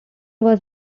was